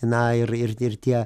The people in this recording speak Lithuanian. na ir ir ir tie